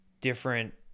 different